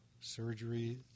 Surgery